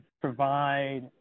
provide